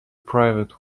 private